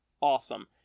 awesome